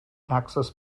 access